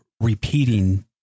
repeating